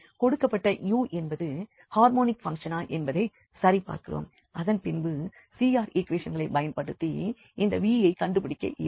கொடுக்கப்பட்ட u என்பது harmonic பங்க்ஷனா என்பதை சரிபார்க்கிறோம் அதன்பின்பு CR ஈக்குவேஷன்களைப் பயன்படுத்தி இந்த v யை கண்டுபிடிக்க இயலும்